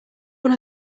one